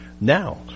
Now